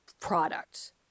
product